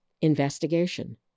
investigation